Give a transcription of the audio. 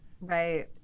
Right